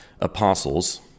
Apostles